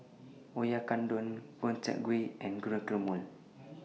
Oyakodon Gobchang Gui and Guacamole